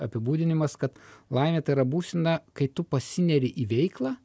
apibūdinimas kad laimė tai yra būsena kai tu pasineri į veiklą